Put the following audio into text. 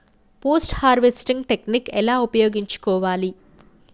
Post harvesting technique ఎలా ఉపయోగించుకోవాలి?